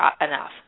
enough